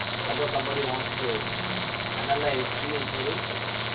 suppose somebody wants to analyze re entry vehicles